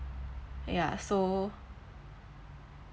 ya so